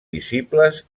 visibles